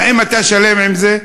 האם אתה שלם עם זה?